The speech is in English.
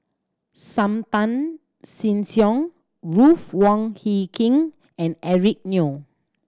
Sam Tan Chin Siong Ruth Wong Hie King and Eric Neo